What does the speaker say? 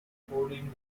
recording